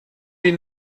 die